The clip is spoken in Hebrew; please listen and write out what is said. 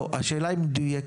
לא, השאלה היא מדויקת.